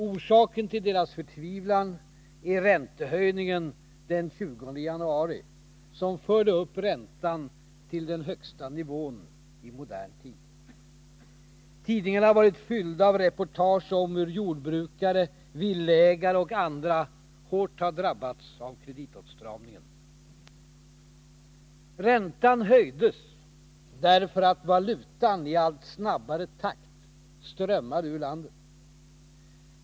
Orsaken till deras förtvivlan är räntehöjningen den 20 januari, som förde upp räntan till den högsta nivån i modern tid. Tidningarna har varit fyllda av reportage om hur jordbrukare, villaägare och andra hårt har drabbats av kreditåtstramningen. Räntan höjdes därför att valutan i allt snabbare takt strömmade ur landet.